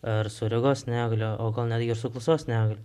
ar su regos negalia o gal netgi ir su klausos negalia